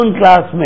classmate